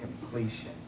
completion